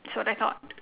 that's what I thought